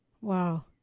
Wow